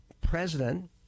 president